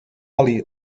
oli